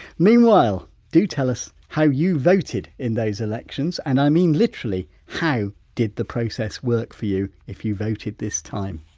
meanwhile, do tell us how you voted in those elections and i mean literally how did the process work for you if you voted this time.